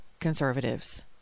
conservatives